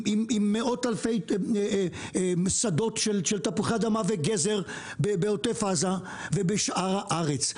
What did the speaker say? עם מאות אלפי שדות של תפוחי אדמה וגזר בעוטף עזה ובשאר הארץ.